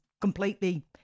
completely